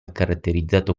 caratterizzato